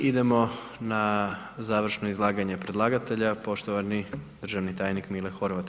I idemo na završno izlaganje predlagatelja, poštovani državni tajnik Mile Horvat.